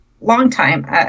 longtime